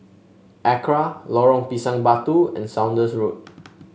ACRA Lorong Pisang Batu and Saunders Road